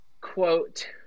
Quote